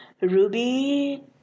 ruby